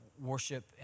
worship